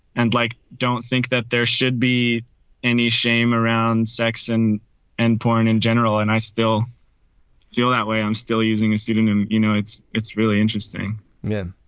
and like, don't think that there should be any shame around section and porn in general. and i still feel that way. i'm still using a pseudonym. you know, it's it's really interesting yeah.